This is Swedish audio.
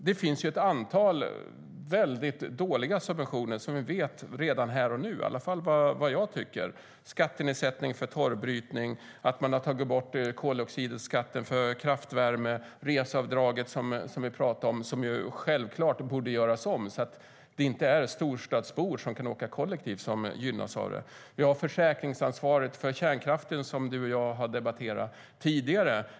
Det finns ett antal subventioner som vi redan här och nu vet är väldigt dåliga, i alla fall som jag ser det, som skattenedsättningen för torvbrytning och att man tagit bort koldioxidskatten för kraftvärme. Reseavdraget, som vi pratade om, borde självklart göras om, så att det inte är storstadsbor som kan åka kollektivt som gynnas av det. Vi har försäkringsansvaret för kärnkraften, som ministern och jag har debatterat tidigare.